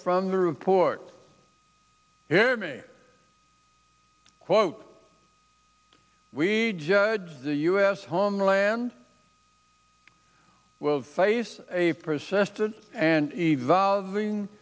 from the report here me quote we judge the u s homeland will face a persisted and evolving